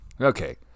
Okay